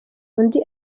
undi